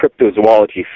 cryptozoology